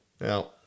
Now